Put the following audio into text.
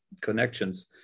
connections